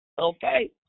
Okay